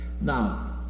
Now